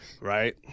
Right